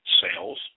sales